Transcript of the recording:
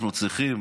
אנחנו צריכים